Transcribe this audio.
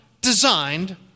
designed